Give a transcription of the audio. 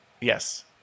yes